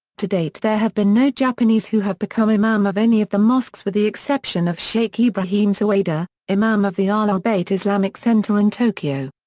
to date there have been no japanese who have become imam of any of the mosques with the exception of shaykh ibrahim sawada, imam of the ah ahlulbayt islamic centre in tokyo.